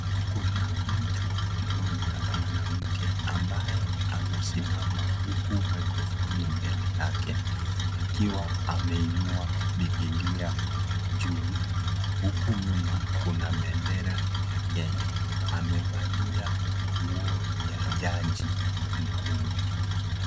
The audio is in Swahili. Kuna mtu mmoja mwanamke ambaye amesimama huku maikrofoni mbele yake, akiwa ameinua Bibilia juu. Huku nyuma, kuna bendera ya Kenya. Amevalia nguo ya jaji mkuu.